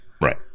Right